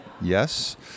Yes